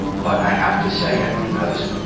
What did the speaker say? but i have to say it, because